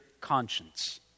conscience